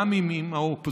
גם אם היא מהאופוזיציה,